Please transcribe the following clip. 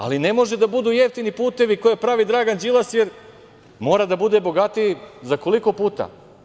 Ali ne mogu da budu jeftini putevi koje pravi Dragan Đilas, jer mora da bude bogatiji za koliko puta?